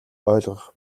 ойлгох